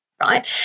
right